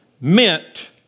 meant